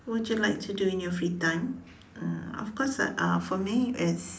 what do you like to do in your free time uh of course uh for me it's